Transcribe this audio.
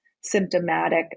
symptomatic